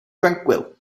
tranquil